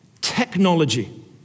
technology